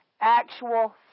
actual